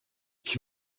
ich